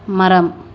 மரம்